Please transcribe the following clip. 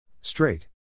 Straight